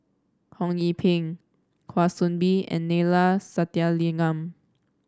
Ho Yee Ping Kwa Soon Bee and Neila Sathyalingam